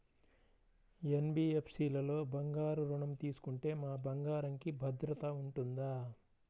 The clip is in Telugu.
ఎన్.బీ.ఎఫ్.సి లలో బంగారు ఋణం తీసుకుంటే మా బంగారంకి భద్రత ఉంటుందా?